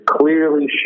clearly